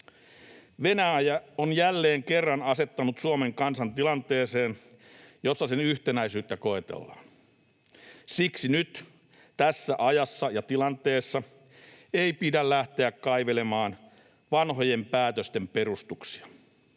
Venäjä on jälleen kerran asettanut Suomen kansan tilanteeseen, jossa sen yhtenäisyyttä koetellaan. Siksi nyt tässä ajassa ja tilanteessa ei pidä lähteä kaivelemaan vanhojen päätösten perustuksia,